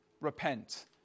repent